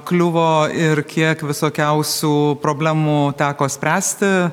kliuvo ir kiek visokiausių problemų teko spręsti